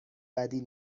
بدی